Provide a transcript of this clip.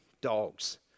dogs